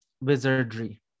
wizardry